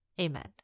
amen